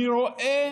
אני רואה